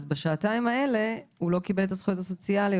על השעתיים האלה הוא לא קיבל את הזכויות הסוציאליות.